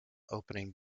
opening